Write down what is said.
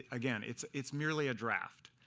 again it's it's merely a draft.